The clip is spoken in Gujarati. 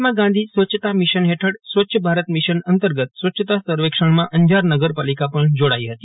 મહાત્મા ગાંધી સ્વચ્છતા મિશન હેઠળ સ્વચ્છ ભારત મિશન અંતર્ગત સ્વચ્છતા સર્વેક્ષણમાં અંજાર નગરપાલિકા પણ જોડાઇ હતી